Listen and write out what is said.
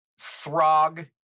Throg